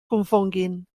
confonguin